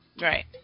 Right